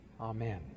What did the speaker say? Amen